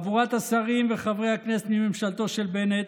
חבורת השרים וחברי הכנסת מממשלתו של בנט,